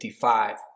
55